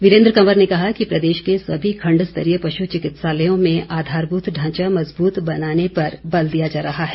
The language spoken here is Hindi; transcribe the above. वीरेन्द्र कंवर ने कहा कि प्रदेश के सभी खंड स्तरीय पशु चिकित्सालयों में आधारभूत ढांचा मज़बूत बनाने पर बल दिया जा रहा है